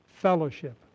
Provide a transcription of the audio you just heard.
fellowship